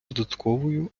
додатковою